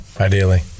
ideally